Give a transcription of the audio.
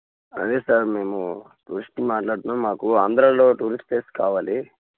అదే సార్ మేము టూరిస్ట్లు మాట్లాడుతున్నాము మాకు ఆంధ్రాలో టూరిస్ట్ ప్లేస్ కావాలి